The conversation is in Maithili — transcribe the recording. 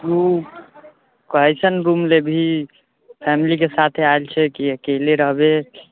तू कैसन रूम लेबही फैमिलीके साथ आयल छी की अकेले रहबे